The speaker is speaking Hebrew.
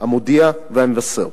"המודיע" ו"המבשר".